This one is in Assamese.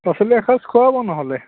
পাচলি এসাঁজ খুৱাব নহ'লে